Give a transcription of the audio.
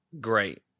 great